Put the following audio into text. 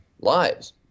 lives